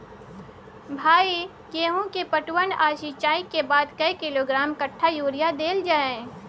भाई गेहूं के पटवन आ सिंचाई के बाद कैए किलोग्राम कट्ठा यूरिया देल जाय?